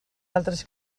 altres